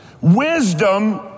Wisdom